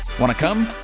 wanna come?